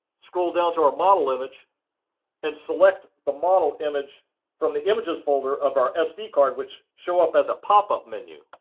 scroll down to our model image and select the model image from the images folder of our sd card which show up as a pop-up menu.